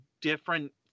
different